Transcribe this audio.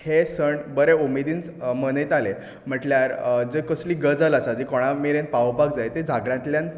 हे सण बरे उमेदीन मनयताले म्हणल्यार जे कसली गजाल आसा जे कोणा मेरेन पावोवपाक जायते जागरांतल्यन